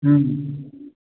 ꯎꯝ